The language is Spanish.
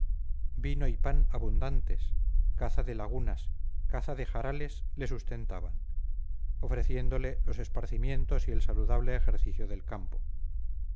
vino y pan abundantes caza de lagunas caza de jarales le sustentaban ofreciéndole los esparcimientos y el saludable ejercicio del campo